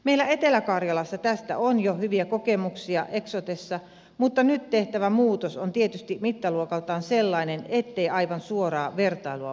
meillä etelä karjalassa tästä on jo hyviä kokemuksia eksotessa mutta nyt tehtävä muutos on tietysti mittaluokaltaan sellainen ettei aivan suoraa vertailua voi tehdä